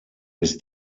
bis